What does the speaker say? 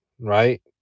right